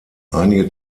einige